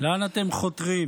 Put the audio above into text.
לאן אתם חותרים?